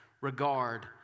regard